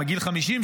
מגיל 50,